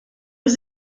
was